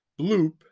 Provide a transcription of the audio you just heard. Bloop